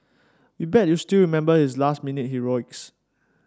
we bet you still remember his last minute heroics